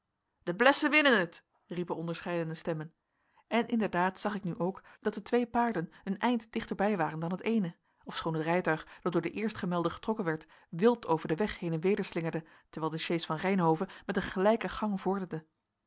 de blessen winnen het riepen onderscheidene stemmen en inderdaad zag ik nu ook dat de twee paarden een eind dichter bij waren dan het eene ofschoon het rijtuig dat door de eerstgemelden getrokken werd wild over den weg heen en weder slingerde terwijl de sjees van reynhove met een gelijken gang